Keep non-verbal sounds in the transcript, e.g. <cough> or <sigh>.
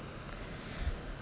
<breath>